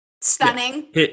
Stunning